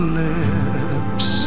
lips